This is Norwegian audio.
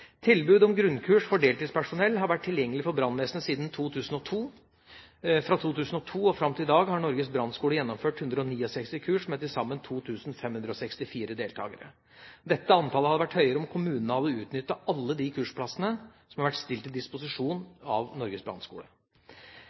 Tilbud om grunnkurs for deltidspersonell har vært tilgjengelig for brannvesenet siden 2002. Fra 2002 og fram til i dag har Norges brannskole gjennomført 169 kurs med til sammen 2 564 deltakere. Dette antallet hadde vært høyere om kommunene hadde utnyttet alle de kursplassene som har vært stilt til disposisjon av Norges brannskole.